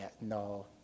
no